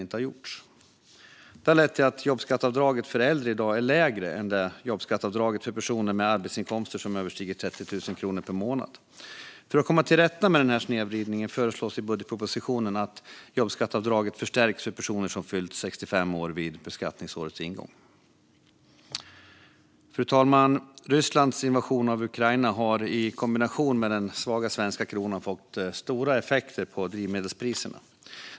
Detta har lett till att jobbskatteavdraget för äldre i dag är lägre än jobbskatteavdraget för personer med arbetsinkomster som överstiger 30 000 kronor per månad. För att komma till rätta med denna snedvridning föreslås i budgetpropositionen att jobbskatteavdraget ska förstärkas för personer som fyllt 65 år vid beskattningsårets ingång. Fru talman! Rysslands invasion av Ukraina har i kombination med den svaga svenska kronan fått stora effekter på drivmedelspriserna.